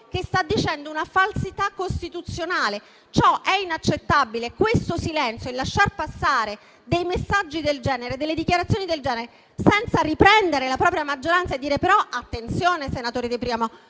che sta dicendo una falsità costituzionale. È inaccettabile questo silenzio e il lasciar passare dei messaggi del genere, delle dichiarazioni del genere, senza riprendere la propria maggioranza e dire: attenzione, senatore De Priamo,